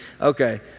Okay